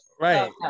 Right